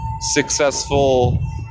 successful